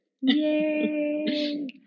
Yay